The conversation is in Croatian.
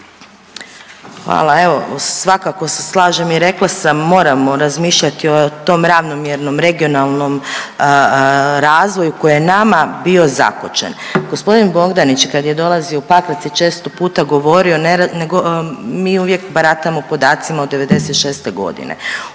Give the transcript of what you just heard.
Hvala, evo svakako se slažem i rekla sam moramo razmišljati o tom ravnomjernom regionalnom razvoju koji je nama bio zakočen. Gospodin Bogdanić kad je dolazio u Pakrac i često puta govorio ne, mi uvijek baratamo podacima od '96. godine,